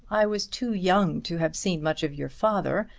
i was too young to have seen much of your father.